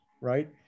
right